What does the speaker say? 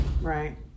right